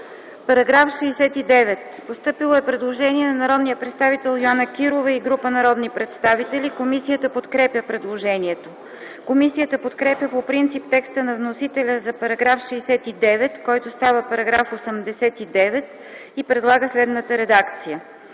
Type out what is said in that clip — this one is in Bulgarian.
МИХАЙЛОВА: Постъпило е предложение на народния представител Йоана Кирова и група народни представители за § 74. Комисията подкрепя предложението. Комисията подкрепя по принцип текста на вносителя за § 74, който става § 94, и предлага следната редакция: